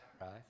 right